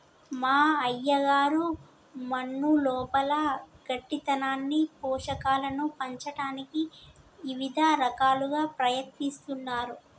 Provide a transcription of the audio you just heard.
మా అయ్యగారు మన్నులోపల గట్టితనాన్ని పోషకాలను పంచటానికి ఇవిద రకాలుగా ప్రయత్నిస్తున్నారు